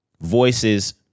voices